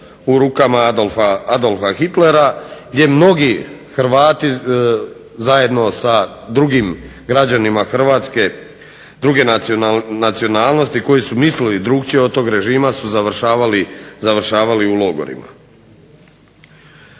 u rukama Adolfa Hitlera gdje mnogi Hrvati, zajedno sa drugim građanima Hrvatske, druge nacionalnosti koji su mislili drukčije od tog režima su završavali u logorima.